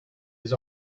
his